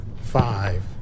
Five